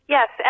Yes